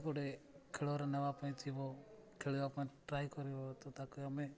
ଗୋଟେ ଖେଳରେ ନେବା ପାଇଁ ଥିବ ଖେଳିବା ପାଇଁ ଟ୍ରାଏ କରିବ ତ ତାକୁ ଆମେ